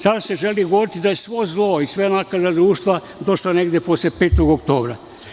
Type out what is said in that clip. Sada se želi govoriti da je svo zlo i sve nakarade društva došle negde posle 5. oktobra.